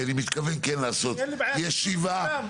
אני מתכוון לעשות ישיבה.